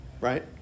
right